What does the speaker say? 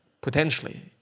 potentially